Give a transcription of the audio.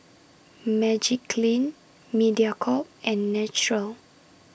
Magiclean Mediacorp and Naturel